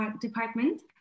department